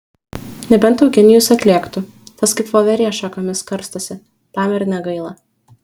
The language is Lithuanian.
nebent eugenijus atlėktų tas kaip voverė šakomis karstosi tam ir negaila